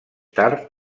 tard